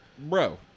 Bro